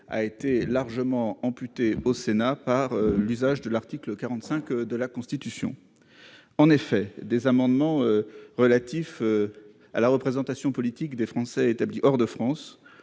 a été largement amputée au Sénat par un usage excessif de l'article 45 de la Constitution. En effet, des amendements relatifs à la représentation politique des Français établis hors de France